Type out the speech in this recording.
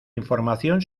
información